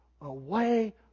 away